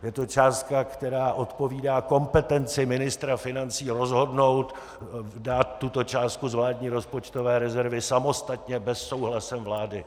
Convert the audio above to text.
Je to částka, která odpovídá kompetenci ministra financí rozhodnout, dát tuto částku z vládní rozpočtové rezervy samostatně bez souhlasu vlády.